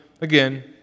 again